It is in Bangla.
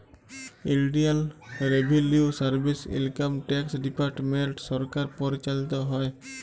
ইলডিয়াল revenue service, income tax department সরকার পরিচালিত হ্যয়